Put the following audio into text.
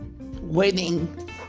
waiting